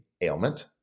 ailment